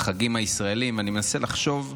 החגים הישראליים, אני מנסה לחשוב: